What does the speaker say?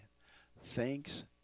thanks